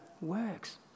works